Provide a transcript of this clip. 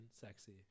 sexy